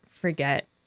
forget